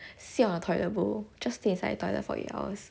sit on the toilet bowl just stay inside the toilet for eight hours